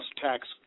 tax